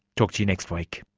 talk to you next week